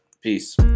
peace